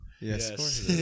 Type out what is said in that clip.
Yes